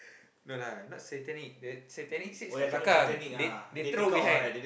no lah not Satanic the Satanic kat belakang they they throw behind